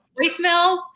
voicemails